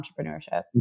entrepreneurship